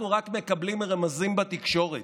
אנחנו רק מקבלים רמזים בתקשורת,